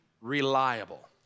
reliable